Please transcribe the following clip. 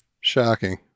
shocking